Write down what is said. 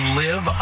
live